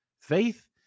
Faith